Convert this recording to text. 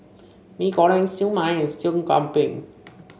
Mee Goreng Siew Mai and Sup Kambing